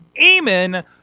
Eamon